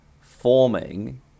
forming